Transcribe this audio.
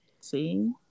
See